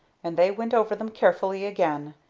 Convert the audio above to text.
and they went over them carefully again.